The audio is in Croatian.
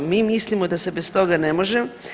Mi mislimo da se bez toga ne može.